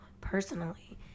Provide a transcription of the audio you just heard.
personally